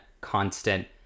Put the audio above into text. constant